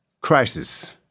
Crisis